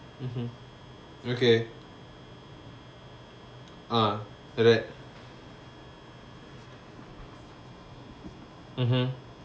mmhmm okay uh after that mmhmm